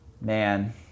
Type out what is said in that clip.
man